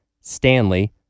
Stanley